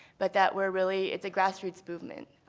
but that we're really it's a grassroots movement.